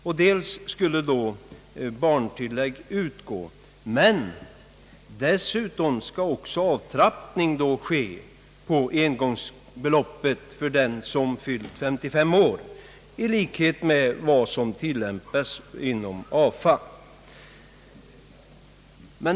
Barntillägg skulle då utgå, men dessutom skulle också avtrappning ske på engångsbeloppet för den som fyllt 55 år i likhet med vad som tillämpas inom AFA.